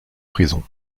prison